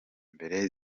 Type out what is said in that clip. mbere